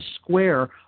square